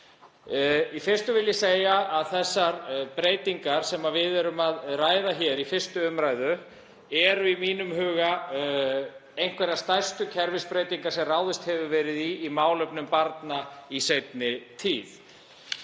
Í fyrstu vil ég segja að þær breytingar sem við erum að ræða hér í 1. umr. eru í mínum huga einhverjar stærstu kerfisbreytingar sem ráðist hefur verið í í málefnum barna í seinni tíð.